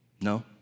No